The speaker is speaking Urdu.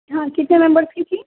ہاں کتنے ممبرس کی تھی